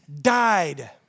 died